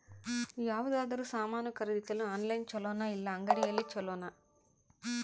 ಯಾವುದಾದರೂ ಸಾಮಾನು ಖರೇದಿಸಲು ಆನ್ಲೈನ್ ಛೊಲೊನಾ ಇಲ್ಲ ಅಂಗಡಿಯಲ್ಲಿ ಛೊಲೊನಾ?